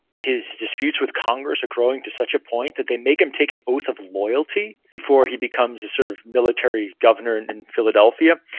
his disputes with congress are growing to such a point that they make him take an oath of loyalty before he becomes a sort of military governor in philadelphia,